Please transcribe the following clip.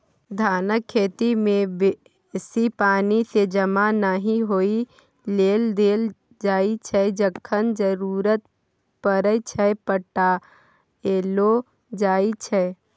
धानक खेती मे बेसी पानि केँ जमा नहि होइ लेल देल जाइ छै जखन जरुरत परय छै पटाएलो जाइ छै